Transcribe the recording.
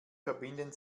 verbinden